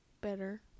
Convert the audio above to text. better